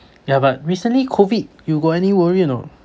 yeah but recently COVID you got any worry or not